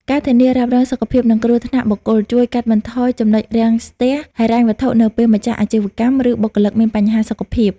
ការធានារ៉ាប់រងសុខភាព និងគ្រោះថ្នាក់បុគ្គល ជួយកាត់បន្ថយ ចំណុចរាំងស្ទះ ហិរញ្ញវត្ថុនៅពេលម្ចាស់អាជីវកម្ម ឬបុគ្គលិកមានបញ្ហាសុខភាព។